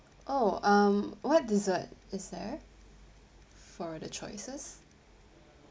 oh um what dessert is there for the choices